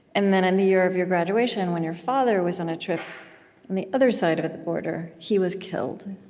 and then, in the year of your graduation, when your father was on a trip on the other side of the border, he was killed.